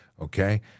Okay